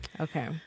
Okay